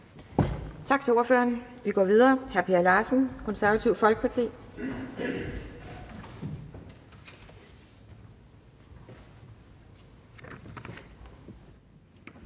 Tak til ordføreren. Vi gå videre til hr. Per Larsen, Konservative Folkeparti.